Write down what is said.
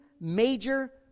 major